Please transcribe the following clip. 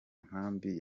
nkambi